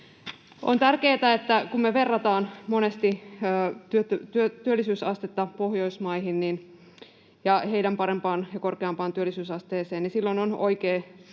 kannustaa. Kun me verrataan monesti työllisyysastetta Pohjoismaihin ja heidän parempaan ja korkeampaan työllisyysasteeseensa, niin silloin on